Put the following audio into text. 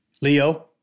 Leo